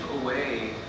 away